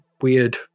weird